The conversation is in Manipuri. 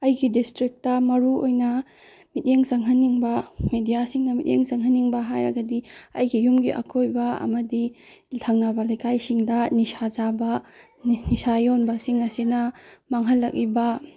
ꯑꯩꯒꯤ ꯗꯤꯁꯇ꯭ꯔꯤꯛꯇ ꯃꯔꯨ ꯑꯣꯏꯅ ꯃꯤꯠꯌꯦꯡ ꯆꯪꯍꯟꯅꯤꯡꯕ ꯃꯦꯗꯤꯌꯥꯁꯤꯡꯅ ꯃꯤꯠꯌꯦꯡ ꯆꯪꯍꯟꯅꯤꯡꯕ ꯍꯥꯏꯔꯒꯗꯤ ꯑꯩꯒꯤ ꯌꯨꯝꯒꯤ ꯑꯀꯣꯏꯕ ꯑꯃꯗꯤ ꯊꯪꯅꯕ ꯂꯩꯀꯥꯏꯁꯤꯡꯗ ꯅꯤꯁꯥ ꯆꯥꯕ ꯅꯤꯁꯥ ꯌꯣꯟꯕꯁꯤꯡ ꯑꯁꯤꯅ ꯃꯥꯡꯍꯜꯂꯛꯏꯕ